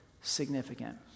significant